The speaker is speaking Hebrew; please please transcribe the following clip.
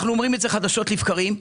אנחנו אומרים את זה חדשות לבקרים,